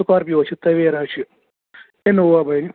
Scorpio چھِ Tavera چھِ Innova بنہِ